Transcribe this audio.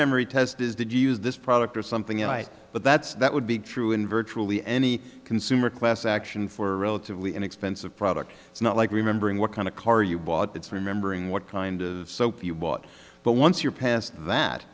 memory test is did you use this product or something and i but that's that would be true in virtually any consumer class action for a relatively inexpensive product it's not like remembering what kind of car you bought it's remembering what kind of soap you bought but once you're past that